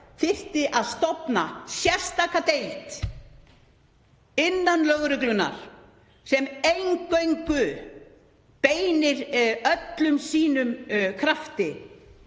að stofna sérstaka deild innan lögreglunnar sem eingöngu beindi öllum sínum krafti